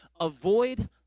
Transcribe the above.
Avoid